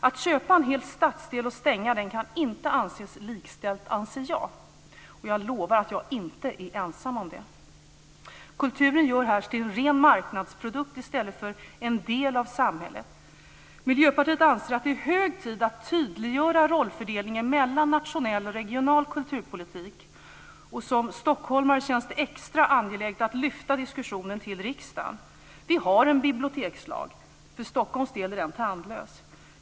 Att köpa en hel stadsdel och stänga den kan inte anses likställt anser jag, och jag lovar att jag inte är ensam om det. Kulturen görs här till en ren marknadsprodukt i stället för en del av samhället. Miljöpartiet anser att det är hög tid att tydliggöra rollfördelningen mellan nationell och regional kulturpolitik. Som stockholmare känns det extra angeläget att lyfta diskussionen till riksdagen. Vi har en bibliotekslag. För Stockholms del är den tandlös.